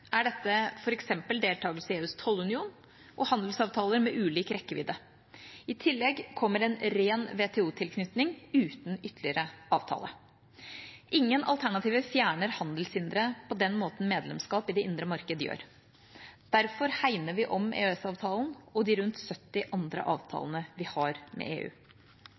er dette f.eks. deltakelse i EUs tollunion og handelsavtaler med ulik rekkevidde. I tillegg kommer en ren WTO-tilknytning uten ytterligere avtale. Ingen alternativer fjerner handelshindre på den måten medlemskap i det indre marked gjør. Derfor hegner vi om EØS-avtalen og de rundt 70 andre avtalene vi har med EU.